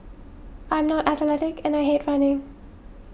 I am not athletic and I hate running